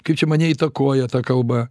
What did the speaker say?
kaip čia mane įtakoja ta kalba